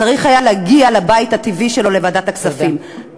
צריך היה להגיע לבית הטבעי שלו, לוועדת הכספים.